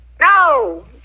no